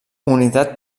unitat